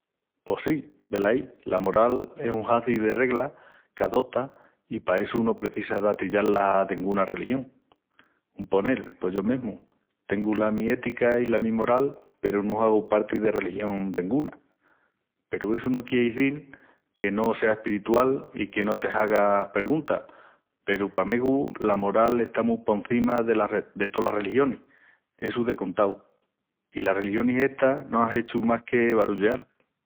Pos sí, velaí. la moral es un haci de reglas qu'adotas i pa essu no precisas d'atillá-las a denguna religión. Un ponel, pos yo mesmu, tengu la mi ética i la mi moral peru no hagu parti de religión denguna. Peru essu no quieri izil que no sea espiritual i que no te hagas preguntas peru pa megu la moral está mu por cima de tolas religionis, essu de contau. I las religionis estas no án hechu más que barulleal.